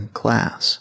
class